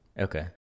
Okay